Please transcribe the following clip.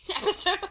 episode